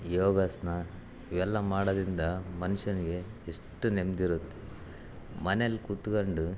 ಯೋಗಾಸನ ಇವೆಲ್ಲ ಮಾಡೋದ್ರಿಂದ ಮನುಷ್ಯನಿಗೆ ಎಷ್ಟು ನೆಮ್ಮದಿ ಇರುತ್ತೆ ಮನೇಲ್ಲಿ ಕುತ್ಕಂಡು